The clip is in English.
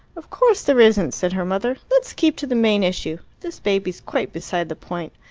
of course there isn't, said her mother. let's keep to the main issue. this baby's quite beside the point.